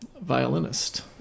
violinist